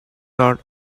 not